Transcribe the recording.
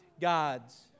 God's